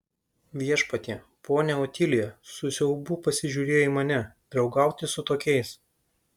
viešpatie ponia otilija su siaubu pasižiūrėjo į mane draugauti su tokiais